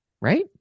Right